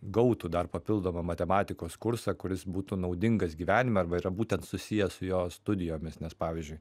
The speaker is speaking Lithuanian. gautų dar papildomą matematikos kursą kuris būtų naudingas gyvenime arba yra būtent susijęs su jo studijomis nes pavyzdžiui